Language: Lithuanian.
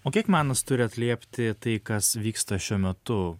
o kiek menas turi atliepti tai kas vyksta šiuo metu